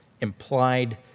implied